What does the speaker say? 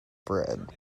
breed